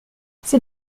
c’est